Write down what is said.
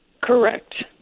Correct